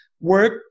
work